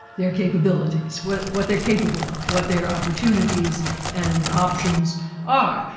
their capabilities, what what they're capable of, what their opportunities and options are.